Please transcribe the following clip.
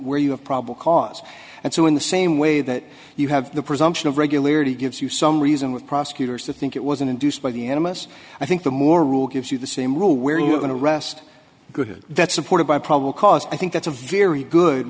where you have probable cause and so in the same way that you have the presumption of regularity gives you some reason with prosecutors to think it was an induced by the animists i think the more rule gives you the same rule where you're going to rest good that's supported by probable cause i think that's a very good